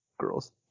girls